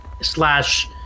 slash